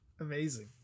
amazing